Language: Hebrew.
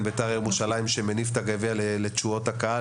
בית"ר ירושלים שמניף את הגביע לתשואות הקהל.